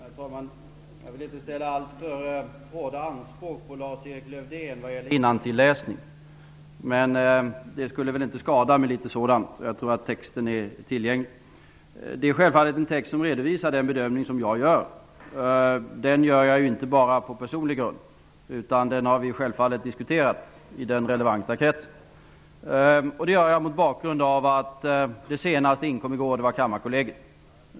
Herr talman! Jag vill inte ställa alltför hårda krav på Lars-Erik Lövdén vad gäller innantilläsning, men det skulle inte skada med litet sådan. Jag tror att texten finns tillgänglig. Det är en text som redovisar den bedömning som jag gör. Men den gör jag ju inte bara på personlig grund, utan den har vi självfallet diskuterat i den berörda kretsen. Det senaste som inkom i går var från Kammarkollegiet.